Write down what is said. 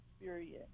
experience